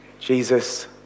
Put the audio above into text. Jesus